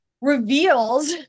reveals